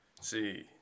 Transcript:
See